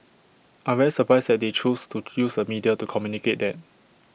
I'm very surprised that they choose to use the media to communicate that